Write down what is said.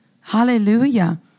Hallelujah